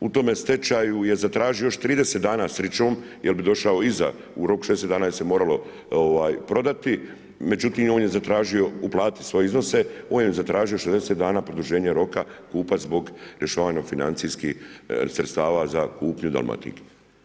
U tome stečaju je zatražio još 30 dana srećom jer bi došao iza, u roku 16 dana se moralo prodati, međutim on je zatražio uplatiti svoje iznose, on je zatražio 60 dana produženja roka zbog rješavanja financijskih sredstava za kupnju Dalmatinke.